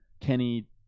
Kenny